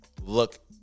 look